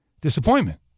disappointment